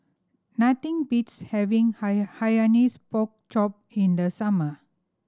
nothing beats having Hainanese Pork Chop in the summer